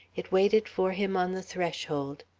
it waited for him on the threshold.